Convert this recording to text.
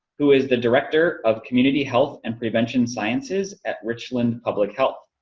who is the director of community health and prevention sciences at richland public health.